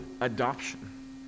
adoption